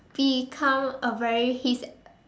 become a very he's